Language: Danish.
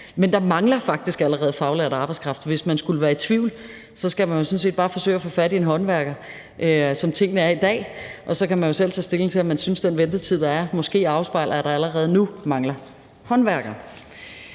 Men der mangler faktisk allerede faglært arbejdskraft. Og hvis man skulle være i tvivl, skal man sådan set bare forsøge at få fat i en håndværker, som tingene er i dag. Og så kan man jo selv tage stilling til, om man synes, at den ventetid, der er, måske afspejler, at der allerede nu mangler håndværkere.